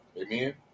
Amen